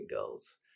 goals